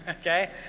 okay